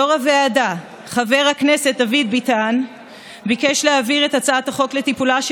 יו"ר הוועדה חבר הכנסת דוד ביטן ביקש להעביר את הצעת החוק לטיפולה של